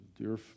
Dear